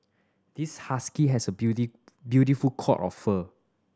this husky has a beauty beautiful coat of fur